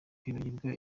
kwibagirwa